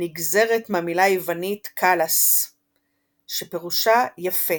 נגזרת מהמילה היוונית קאלס שפירושה "יפה",